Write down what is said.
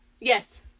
Yes